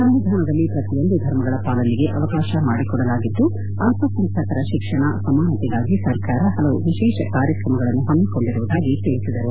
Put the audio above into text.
ಸಂವಿಧಾನದಲ್ಲಿ ಪ್ರತಿಯೊಂದು ಧರ್ಮಗಳ ಪಾಲನೆಗೆ ಅವಕಾಶ ಮಾಡಿಕೊಡಲಾಗಿದ್ದು ಅಲ್ಲಸಂಖ್ಯಾತರ ಶಿಕ್ಷಣ ಸಮಾನತೆಗಾಗಿ ಸರ್ಕಾರ ಪಲವು ವಿಶೇಷ ಕಾರ್ಯಕ್ರಮಗಳನ್ನು ಹಮ್ಮಿಕೊಂಡಿರುವುದಾಗಿ ತಿಳಿಸಿದರು